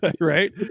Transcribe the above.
right